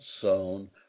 zone